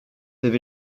avez